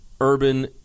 Urban